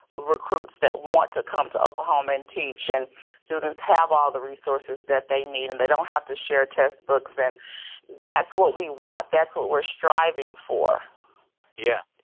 recruits that want to come to oklahoma and teach, and students have all the resources that they need. and they don't have to share textbooks. and that's what we want. that's what we're striving for yeah.